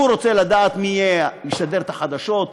הוא רוצה לדעת מי ישדר את החדשות,